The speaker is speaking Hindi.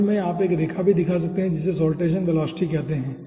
इस कर्व में आप एक रेखा भी दिखा सकते हैं जिसे साल्टेसन वेलोसिटी कहते हैं